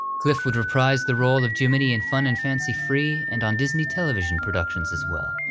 cliff would reprise the role of jiminy in fun and fancy free, and on disney television productions as well.